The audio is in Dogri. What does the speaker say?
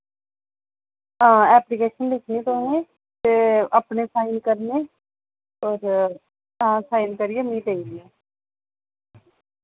हां एप्लीकेशन लिखनी तुसें ते अपने साइन करने और हां साइन करियै मिगी देइने